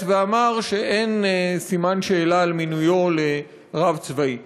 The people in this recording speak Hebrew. ואמר שאין סימן שאלה על מינויו לרב צבאי.